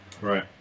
Right